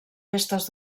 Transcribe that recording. restes